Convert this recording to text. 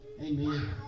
Amen